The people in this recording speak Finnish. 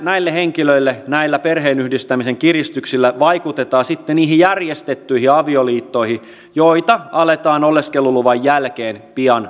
näille henkilöille näillä perheenyhdistämisen kiristyksillä vaikutetaan sitten niihin järjestettyihin avioliittoihin joita aletaan oleskeluluvan jälkeen pian touhuta